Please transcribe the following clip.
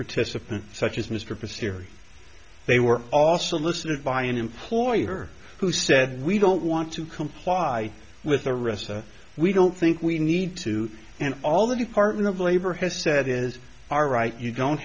participant such as mr persevere they were also listed by an employer who said we don't want to comply with the rest we don't think we need to and all the department of labor has said is all right you don't